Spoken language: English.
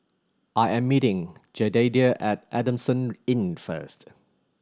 I am meeting Jedediah at Adamson Inn first